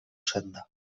senda